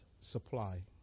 supply